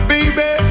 Baby